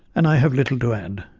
and i have little to add.